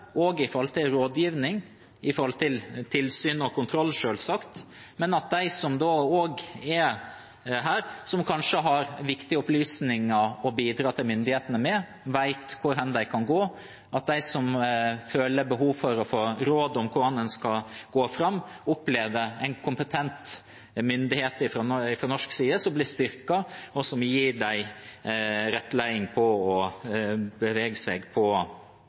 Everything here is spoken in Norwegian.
rådgivning, med tanke på tilsyn og kontroll – selvfølgelig – men at de som er der, som kanskje har viktige opplysninger å bidra med til myndighetene, vet hvor de kan gå, at de som føler behov for å få råd om hvordan man skal gå fram, opplever en kompetent norsk myndighet som blir styrket, og som gir dem rettledning når det gjelder å bevege seg på